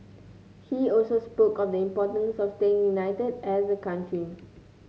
he also spoke of the importance of staying united as a country